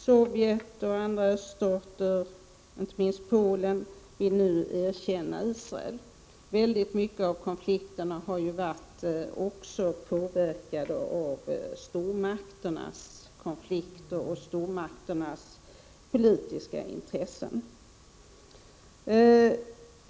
Sovjet och andra öststater, inte minst Polen, vill nu erkänna Israel. Mycket av konflikterna har påverkats av stormakternas konflikter och stormakternas politiska intressen.